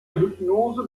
hypnose